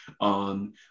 on